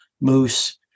moose